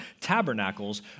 Tabernacles